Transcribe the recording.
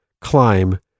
climb